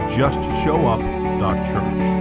justshowup.church